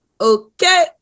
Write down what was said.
okay